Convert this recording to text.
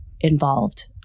involved